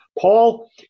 Paul